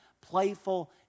playful